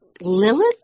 Lilith